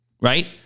Right